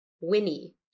Winnie